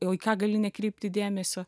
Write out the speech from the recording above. į ką gali nekreipti dėmesio